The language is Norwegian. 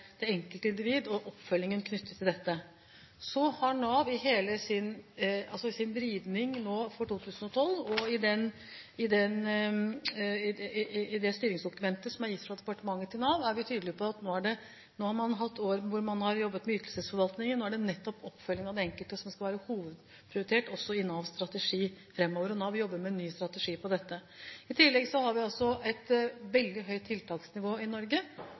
det enkelte individ og oppfølgingen knyttet til dette. I Navs vridning for 2012 og i det styringsdokumentet som er gitt fra departementet til Nav, er vi tydelige på at man nå har hatt år hvor man har jobbet med ytelsesforvaltningen. Nå er det nettopp oppfølgingen av den enkelte som skal være hovedprioritet i Navs strategi framover, og nå har vi jobbet med ny strategi for dette. I tillegg har vi et veldig høyt tiltaksnivå i Norge